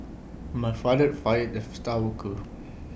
my father fired the star worker